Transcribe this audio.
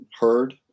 heard